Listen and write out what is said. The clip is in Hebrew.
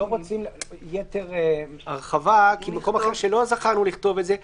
לא רוצים הרחבת יתר כי במקום אחר שלא כתבנו את זה יגידו: